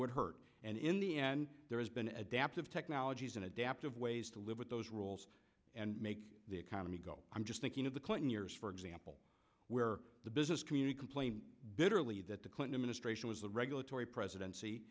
would hurt and in the end there has been adapted technologies and adaptive ways to live with those rules and make the economy go i'm just thinking of the clinton years for example where the business community complained bitterly that the clinton administration was a regulatory presidency